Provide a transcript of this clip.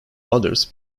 others